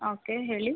okay ಹೇಳಿ